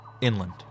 inland